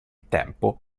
tempo